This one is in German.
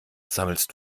sammelst